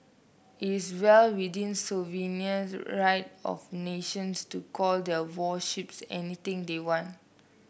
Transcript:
it's well within sovereign right of nations to call their warships anything they want